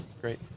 great